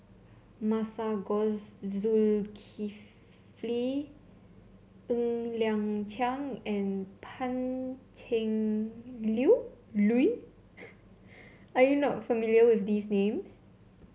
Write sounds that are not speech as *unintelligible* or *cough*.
Masagos Zulkifli Ng Liang Chiang and Pan Cheng *unintelligible* Lui *noise* are you not familiar with these names